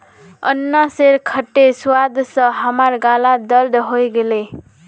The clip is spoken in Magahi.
अनन्नासेर खट्टे स्वाद स हमार गालत दर्द हइ गेले